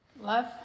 love